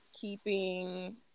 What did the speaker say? keeping